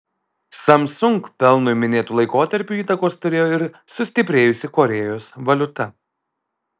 samsung pelnui minėtu laikotarpiu įtakos turėjo ir sustiprėjusi korėjos valiuta